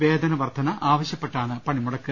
വേതന വർദ്ധന ആവശ്യപ്പെട്ടാണ് പണിമുടക്ക്